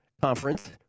Conference